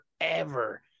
forever